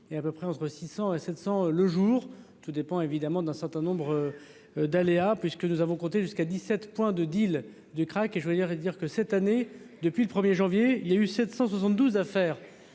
et à peu près entre 600 et 700 le jour tout dépend évidemment d'un certain nombre d'aléas, puisque nous avons compté jusqu'à 17 points de deal du krach et je voulais dire et dire que cette année, depuis le 1er janvier il y a eu 772 affaire